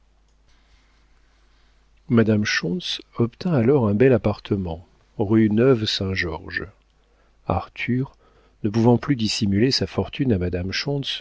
madame schontz obtint alors un bel appartement rue neuve saint georges arthur ne pouvant plus dissimuler sa fortune à madame